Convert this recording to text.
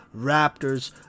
raptors